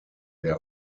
der